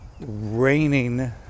raining